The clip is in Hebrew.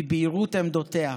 מבהירות עמדותיה,